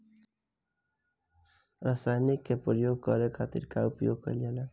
रसायनिक के प्रयोग करे खातिर का उपयोग कईल जाला?